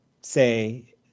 say